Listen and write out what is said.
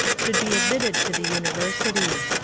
should be admitted to the university.